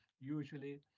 usually